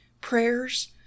prayers